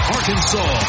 Arkansas